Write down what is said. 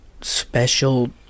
special